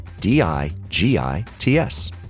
D-I-G-I-T-S